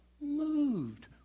moved